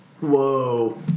Whoa